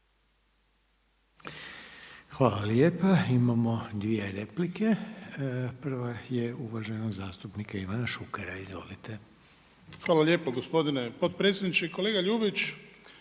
Hvala lijepa. Imamo dvije replike. Prva je uvaženog zastupnika Ivana Šukera. Izvolite. **Šuker, Ivan (HDZ)** Hvala lijepa gospodine potpredsjedniče. Kolega Ljubić,